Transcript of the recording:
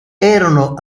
erano